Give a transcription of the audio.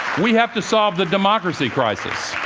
we have to solve the democracy crisis.